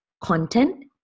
content